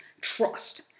trust